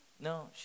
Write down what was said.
No